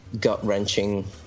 gut-wrenching